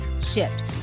shift